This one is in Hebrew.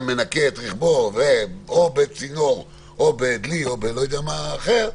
מנקה את רכבו או בצינור או בדלי או בכל דבר אחר,